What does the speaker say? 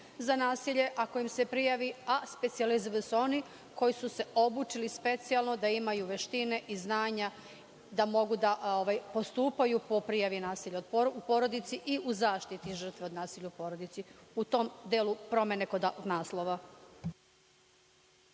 za nasilje, ako im se prijavi, a specijalizovani su oni koji su se obučili specijalno da imaju veštine i znanja da mogu da postupaju po prijavi nasilja u porodici i u zaštiti žrtava od nasilja u porodici. U tom delu promene kod naslova.